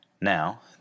Now